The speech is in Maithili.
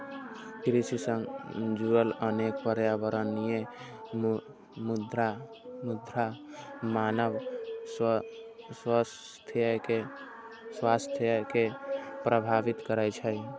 कृषि सं जुड़ल अनेक पर्यावरणीय मुद्दा मानव स्वास्थ्य कें प्रभावित करै छै